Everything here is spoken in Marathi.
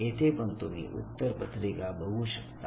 येथे पण तुम्ही उत्तर पत्रिका बघू शकता